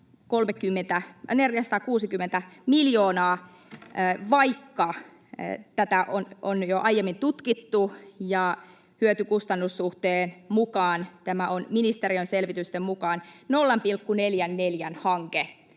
460 miljoonaa, vaikka tätä on jo aiemmin tutkittu, ja hyöty-kustannussuhteen mukaan tämä on ministeriön selvitysten mukaan 0,44:n hanke